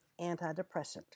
antidepressant